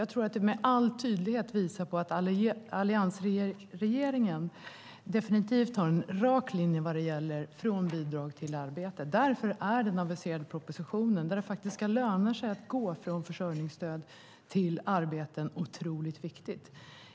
Det visar med all tydlighet att alliansregeringen definitivt har en rak linje vad gäller att människor ska gå från bidrag till arbete. Därför är den aviserade propositionen, där man säger att det ska löna sig att gå från försörjningsstöd till arbete, otroligt viktig.